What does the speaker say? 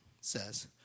says